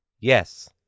Yes